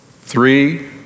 three